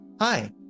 hi